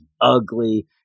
ugly